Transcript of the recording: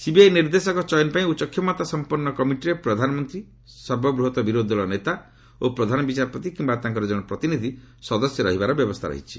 CBI ନିର୍ଦ୍ଦେଶକ ଚୟନ ପାଇଁ ଉଚ୍ଚକ୍ଷମତା ସଂପନ୍ନ କମିଟିରେ ପ୍ରଧାନମନ୍ତ୍ରୀ ସର୍ବବୃହତ ବିରୋଧୀ ଦଳ ନେତା ଓ ପ୍ରଧାନ ବିଚାରପତି କିିୟା ତାଙ୍କର ଜଣେ ପ୍ରତିନିଧି ସଦସ୍ୟ ରହିବାର ବ୍ୟବସ୍ଥା ରହିଛି